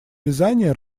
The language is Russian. вязания